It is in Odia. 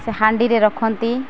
ସେ ହାଣ୍ଡିରେ ରଖନ୍ତି